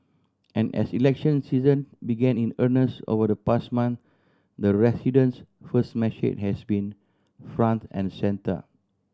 and as election season began in earnest over the past month the residents first message has been front and centre